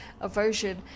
aversion